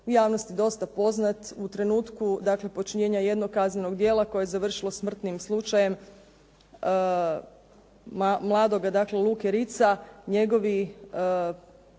u javnosti dosta poznat. U trenutku počinjenja jednog kaznenog djela koje je završilo smrtnim slučajem, mladoga Luke Rica. Njegovi